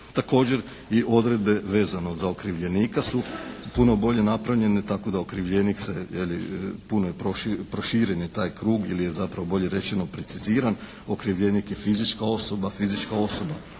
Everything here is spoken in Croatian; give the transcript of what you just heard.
Također i odredbe vezano za okrivljenika su puno bolje napravljene tako da okrivljenik se je li puno je, proširen je taj krug ili je zapravo bolje rečeno preciziran. Okrivljenik je fizička osoba, fizička osoba.